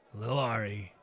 Lilari